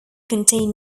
contain